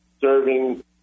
serving